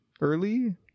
early